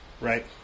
Right